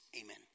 amen